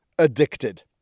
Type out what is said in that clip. addicted